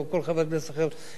או כל חבר כנסת אחר,